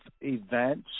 events